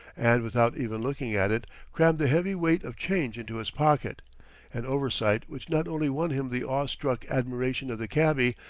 and without even looking at it, crammed the heavy weight of change into his pocket an oversight which not only won him the awe-struck admiration of the cabby,